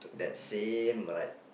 that same bright